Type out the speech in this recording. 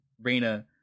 Reina